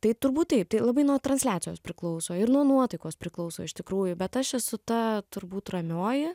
tai turbūt taip tai labai nuo transliacijos priklauso ir nuo nuotaikos priklauso iš tikrųjų bet aš esu ta turbūt ramioji